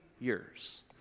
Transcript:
years